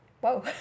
Whoa